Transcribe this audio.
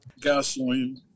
gasoline